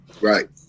Right